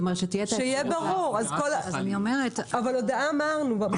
לגבי ההודעה אמרנו.